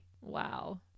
Wow